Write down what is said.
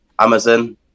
Amazon